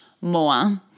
more